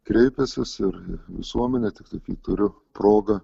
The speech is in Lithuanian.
kreipęsis ir į visuomenę tiktai kai turiu progą